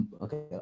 okay